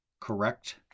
correct